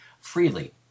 freely